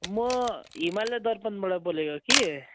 म हिमालय दर्पणबाट बोलेको कि